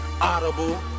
Audible